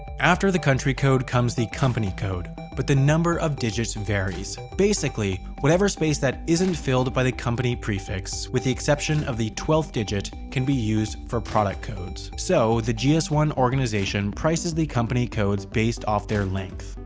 after the country code comes the company code, but the number of digits varies. basically, whatever space that isn't filled by the company prefix, with the exception of the twelfth digit, can be used for product codes. so, the g s one organization prices the company codes based off their length.